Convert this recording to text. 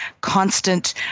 constant